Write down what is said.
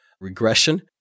regression